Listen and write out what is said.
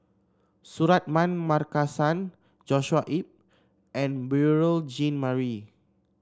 Suratman Markasan Joshua Ip and Beurel Jean Marie